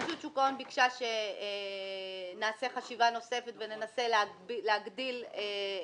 רשות שוק ההון ביקשה שנעשה חשיבה נוספת וננסה להגדיל את הסכומים.